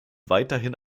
weiterhin